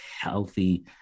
healthy